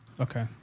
Okay